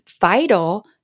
vital